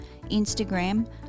instagram